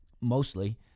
mostly